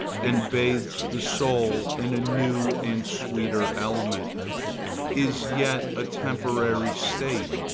and bathes the soul in a new and sweeter element is yet a temporary state.